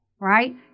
right